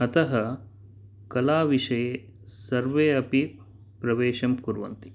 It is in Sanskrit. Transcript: अतः कला विषये सर्वे अपि प्रवेशं कुर्वन्ति